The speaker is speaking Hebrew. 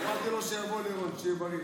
אמרתי לו שיבוא לראות, שיהיה בריא.